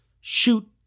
shoot